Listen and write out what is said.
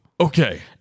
okay